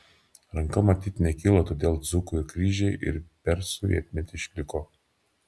ranka matyt nekilo todėl dzūkų kryžiai ir per sovietmetį išliko